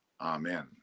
Amen